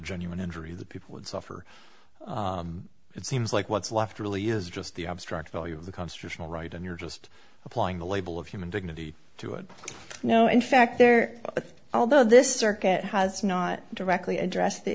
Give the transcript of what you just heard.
genuine injury that people would suffer it seems like what's left really is just the abstract value of the constitutional right and you're just applying the label of human dignity to it no in fact there although this circuit has not directly addressed the